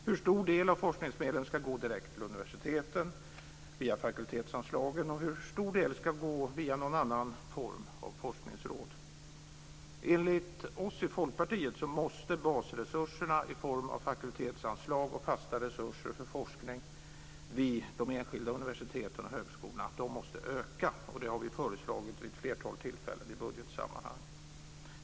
Hur stor del av forskningsmedlen ska gå direkt till universiteten via fakultetsanslagen, och hur stor del ska gå via någon ny form av forskningsråd? Enligt Folkpartiet måste basresurserna i form av fakultetsanslag och fasta resurser för forskning vid de enskilda universiteten och högskolorna öka. Det har vi föreslagit vid ett flertal tillfällen i budgetsammanhang.